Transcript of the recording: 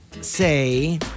say